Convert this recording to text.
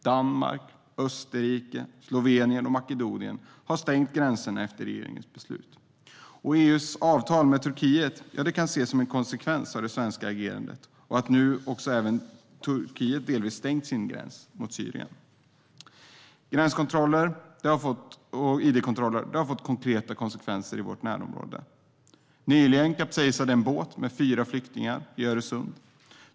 Danmark, Österrike, Slovenien och Makedonien har stängt gränserna efter regeringens beslut. EU:s avtal med Turkiet kan ses som en konsekvens av det svenska agerandet, och nu har även Turkiet delvis stängt sin gräns mot Syrien. Gränskontrollerna och id-kontrollerna har också konkreta konsekvenser i vårt närområde. Nyligen kapsejsade en båt med fyra flyktingar i Öresund.